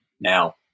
Now